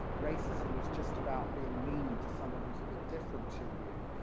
racism is just about being mean to someone who's a bit different to you.